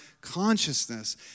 consciousness